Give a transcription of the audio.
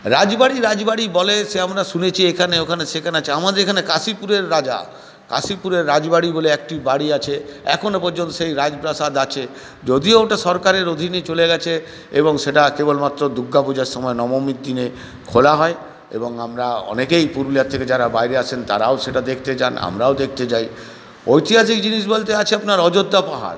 রাজবাড়ি রাজবাড়ি বলে সে আমরা শুনেছি এখানে ওখানে সেখানে আছে আমাদের এখানে কাশীপুরের রাজা কাশীপুরের রাজবাড়ি বলে একটি বাড়ি আছে এখনও পর্যন্ত সেই রাজপ্রাসাদ আছে যদিও ওটা সরকারের অধীনে চলে গেছে এবং সেটা কেবলমাত্র দুগ্গাপূজার সময় নবমীর দিনে খোলা হয় এবং আমরা অনেকেই পুরুলিয়ার থেকে যারা বাইরে আসেন তারাও সেটা দেখতে যান আমরাও দেখতে যাই ঐতিহাসিক জিনিস বলতে আছে আপনার অযোধ্যা পাহাড়